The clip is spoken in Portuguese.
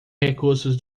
recurso